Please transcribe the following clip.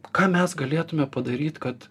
ką mes galėtume padaryt kad